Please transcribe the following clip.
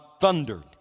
thundered